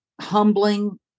humbling